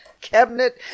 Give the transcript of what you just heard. cabinet